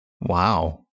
Wow